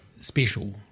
special